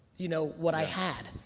you know what i had.